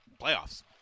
playoffs